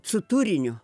su turiniu